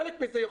חלק מזה,